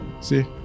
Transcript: See